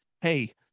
Hey